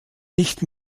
nicht